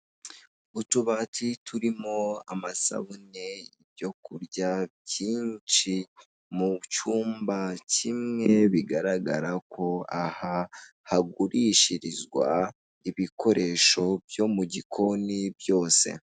Utubati turimo amasabune icyokurya kinshi mucyumba kimwe bigaragara ko aha hagurishirizwa ibikoresho byo mugikoni byose.